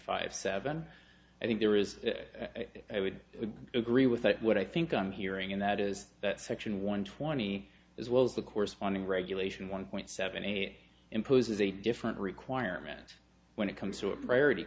five seven i think there is i would agree with that what i think i'm hearing and that is that section one twenty as well as the corresponding regulation one point seven eight imposes a different requirement when it comes to a priority